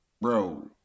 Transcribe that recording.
bro